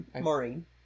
Maureen